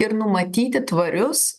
ir numatyti tvarius